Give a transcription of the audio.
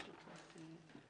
בבקשה.